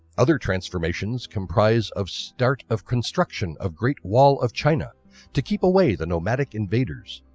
other transformations comprise of start of construction of great wall of china to keep away the nomadic invaders,